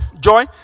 joy